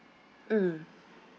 mm